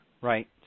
Right